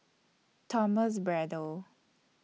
Thomas Braddell